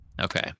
Okay